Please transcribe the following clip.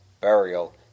burial